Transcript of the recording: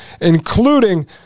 including